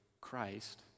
Christ